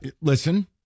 Listen